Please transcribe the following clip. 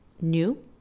new